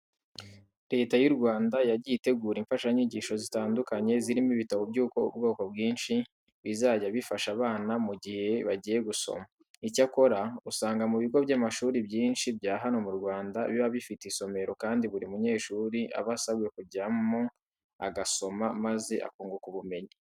Leta y'u Rwanda yagiye itegura imfashanyigisho zitandukanye zirimo ibitabo by'ubwoko bwinshi bizajya bifasha abana mu gihe bagiye gusoma. Icyakora usanga mu bigo by'amashuri byinshi bya hano mu Rwanda, biba bifite isomero kandi buri munyeshuri aba asabwa kujyamo agasoma maze akunguka ubumenyi.